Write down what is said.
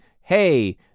hey